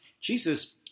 Jesus